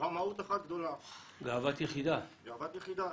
גאוות יחידה,